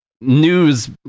news